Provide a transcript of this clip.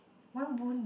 why won't